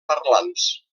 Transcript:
parlants